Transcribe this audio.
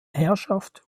herrschaft